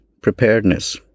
Preparedness